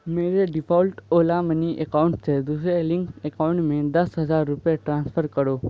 میرے default Ola money account سے دوسرے لنکڈ اکاؤنٹ میں دس ہزار روپے ٹرانسفر کرو